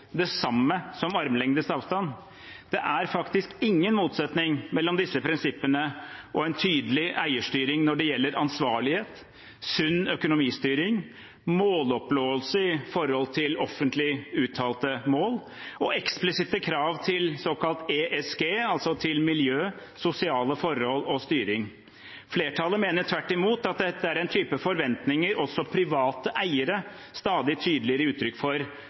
det samme som armlengdes avstand. Det er faktisk ingen motsetning mellom disse prinsippene og en tydelig eierstyring når det gjelder ansvarlighet, sunn økonomistyring, måloppnåelse i forhold til offentlig uttalte mål og eksplisitte krav til såkalt ESG, altså til miljø, sosiale forhold og styring. Flertallet mener tvert imot at dette er en type forventninger også private eiere stadig tydeligere gir uttrykk for